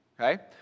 okay